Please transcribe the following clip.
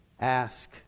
Ask